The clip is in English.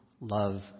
love